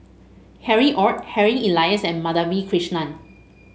Harry Ord Harry Elias and Madhavi Krishnan